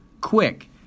quick